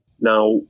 Now